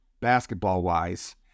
basketball-wise